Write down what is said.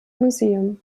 museum